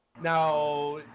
Now